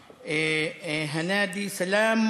הנאדי: שלום